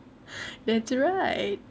natural right